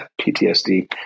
PTSD